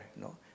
no